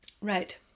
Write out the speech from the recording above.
right